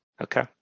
Okay